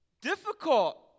Difficult